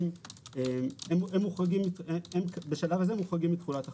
הם בשלב זה מוחרגים מתחולת החוק.